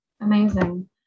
Amazing